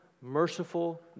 merciful